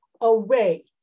away